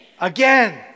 Again